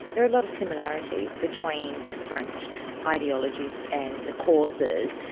there are a lot of similarities between different ideologies and the causes.